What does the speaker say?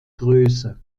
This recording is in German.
größe